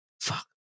fuck